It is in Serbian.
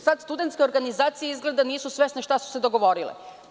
Studentske organizacije izgleda nisu svesne šta su se dogovorile.